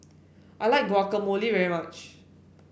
I like Guacamole very much